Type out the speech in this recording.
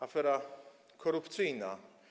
Afera korupcyjna.